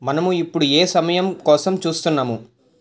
మనము ఇప్పుడు ఏ సమయం కోసం చూస్తున్నాము